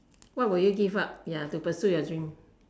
what will you give up ya to pursue your dream